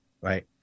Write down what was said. right